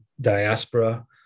diaspora